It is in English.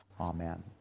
Amen